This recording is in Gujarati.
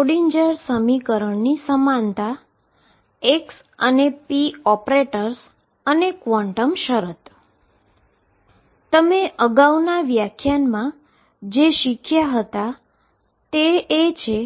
તમે અગાઉના વ્યાખ્યાનમાં જે શીખ્યા તે એ છે